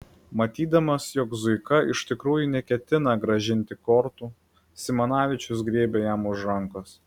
matydamas jog zuika iš tikrųjų neketina grąžinti kortų simanavičius griebė jam už rankos